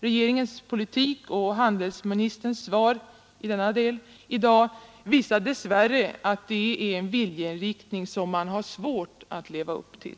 Regeringens politik och handelsministerns svar i denna del i dag visar dess värre att det är en viljeinriktning som man har svårt att leva upp till.